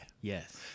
Yes